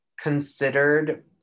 considered